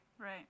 Right